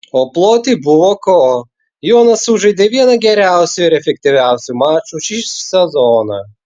o ploti buvo ko jonas sužaidė vieną geriausių ir efektyviausių mačų šį sezoną